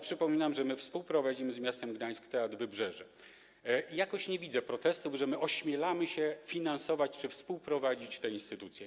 Przypominam, że współprowadzimy z miastem Gdańsk Teatr Wybrzeże i jakoś nie widzę protestów, że ośmielamy się finansować czy współprowadzić te instytucje.